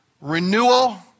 renewal